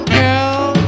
girl